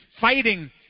fighting